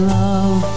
love